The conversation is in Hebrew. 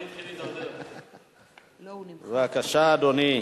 בבקשה, אדוני.